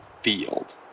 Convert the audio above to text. field